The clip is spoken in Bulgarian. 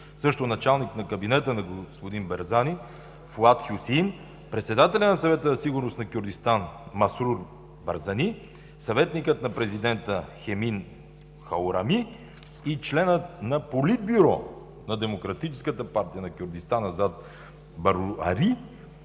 и началникът на кабинета на господин Барзани – Фуад Хюсеин, председателят на Съвета за сигурност на Кюрдистан Масуд Барзани, съветникът на президента Хемин Хаврами и членът на Политбюро на Демократическата партия на Кюрдистан Азад Бервари.